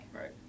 Right